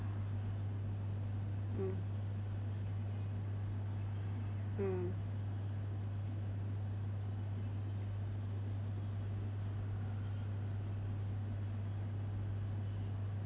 mm mm